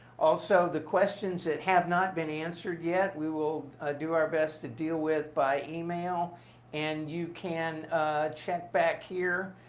also the questions that have not been answered yet we will do our best to deal with by email and you can check back here.